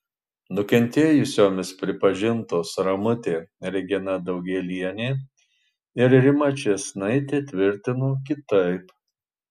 nukentėjusiomis pripažintos ramutė regina daugėlienė ir rima ščėsnaitė tvirtino kitaip